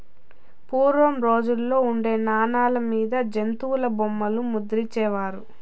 పూర్వం రోజుల్లో ఉండే నాణాల మీద జంతుల బొమ్మలు ముద్రించే వారు